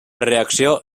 reacció